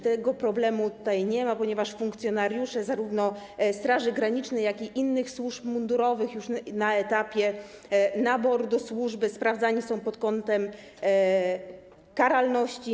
Tego problemu tutaj nie ma, ponieważ funkcjonariusze zarówno Straży Granicznej, jak i innych służb mundurowych już na etapie naboru do służby sprawdzani są pod kątem karalności.